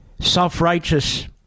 self-righteous